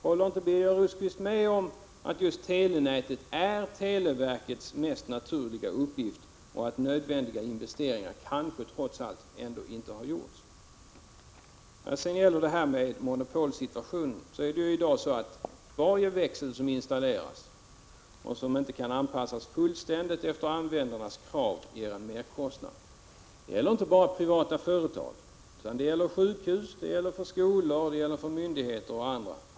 Håller inte Birger Rosqvist med om att just handhavandet av telenätet är televerkets mest naturliga uppgift och att nödvändiga investeringar kanske trots allt ändå inte har gjorts? När det sedan gäller monopolsituationen är det i dag så att varje växel som installeras och som inte kan anpassas fullständigt efter användarnas krav ger en merkostnad. Det gäller inte bara för privata företag utan det gäller för sjukhus, skolor, myndigheter och andra.